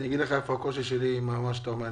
אני אגיד לך איפה הקושי שלי עם מה שאתה אומר.